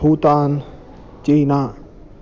Bhutan China